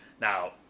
Now